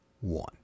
one